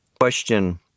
question